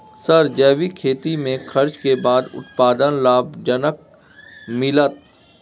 Sir जैविक खेती में खर्च के बाद उत्पादन लाभ जनक मिलत?